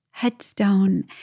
headstone